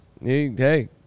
Hey